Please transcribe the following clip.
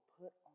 put